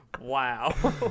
Wow